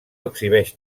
exhibeix